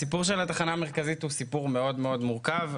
הסיפור של התחנה המרכזית הוא סיפור מורכב מאוד,